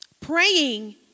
Praying